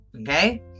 okay